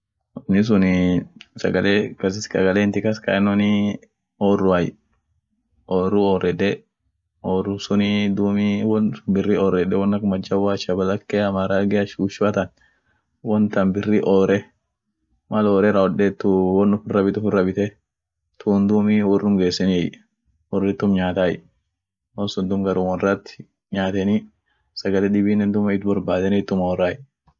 mindunii sagale tinti kaskaayeno ooruai, ooru oorede oru sunii won biri oorede won ak majaboa shabalakea shushutan, won tan biri oore, mal oore raawodeet won ufira bit ufira bite tuum duumi worum geeseniei woriitum nyaatai, won sum duum woriitu nyaateni dum sagale dibi iiriit borbaadeni